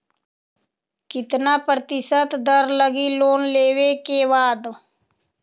कितना प्रतिशत दर लगी लोन लेबे के बाद?